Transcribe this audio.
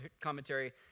Commentary